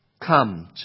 come